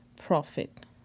profit